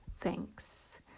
thanks